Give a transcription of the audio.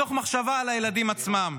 מתוך מחשבה על הילדים עצמם.